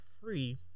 free